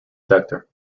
sector